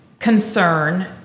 concern